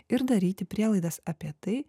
ir daryti prielaidas apie tai